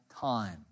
time